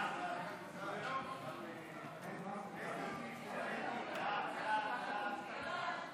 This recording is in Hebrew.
ההצעה להעביר את הצעת חוק ההוצאה לפועל (תיקון,